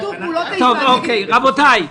רבותי,